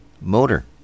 Motor